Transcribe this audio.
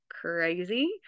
crazy